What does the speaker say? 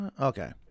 Okay